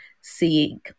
seeing